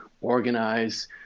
organize